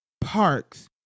parks